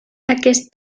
aquest